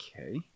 Okay